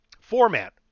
format